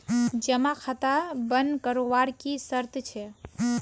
जमा खाता बन करवार की शर्त छे?